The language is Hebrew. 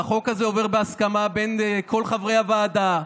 והחוק הזה עובר בהסכמה של כל חברי הוועדה,